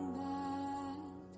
back